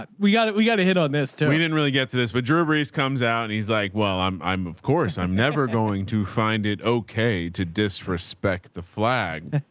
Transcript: but we gotta, we gotta hit on this too. we didn't really get to this, but drew brees comes out and he's like, well i'm i'm of course i'm never going to find it okay. to disrespect the flag.